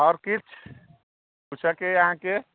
आओर किछु पुछैके अछि अहाँके